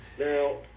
Now